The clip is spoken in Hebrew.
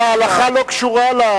אבל ההלכה לא קשורה.